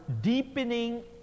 deepening